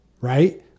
right